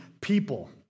people